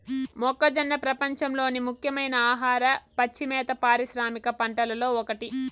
మొక్కజొన్న ప్రపంచంలోని ముఖ్యమైన ఆహార, పచ్చి మేత పారిశ్రామిక పంటలలో ఒకటి